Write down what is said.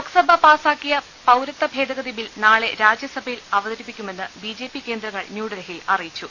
ലോക്സഭ പാസ്സാക്കിയ പൌരത്വഭേദഗതിബിൽ നാളെ രാജ്യ സഭയിൽ അവതരിപ്പിക്കുമെന്ന് ബിജെപി കേന്ദ്രങ്ങൾ ന്യൂഡൽഹി യിൽ അറിയിച്ചു